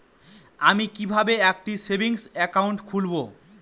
আমি কিভাবে একটি সেভিংস অ্যাকাউন্ট খুলব?